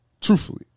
Truthfully